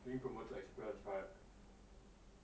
being promoted to express right